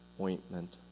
ointment